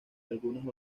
algunas